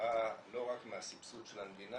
נבעה לא רק מהסבסוד של המדינה,